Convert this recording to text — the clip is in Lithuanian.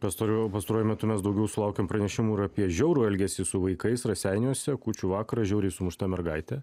pastaruoju pastaruoju metu mes daugiau sulaukiam pranešimų ir apie žiaurų elgesį su vaikais raseiniuose kūčių vakarą žiauriai sumušta mergaitė